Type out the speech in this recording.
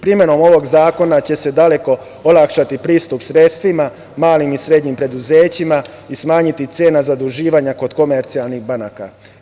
Primenom ovog zakona će se daleko olakšati pristup sredstvima, malim i srednjim preduzećima i smanjiti cena zaduživanja kod komercijalnih banaka.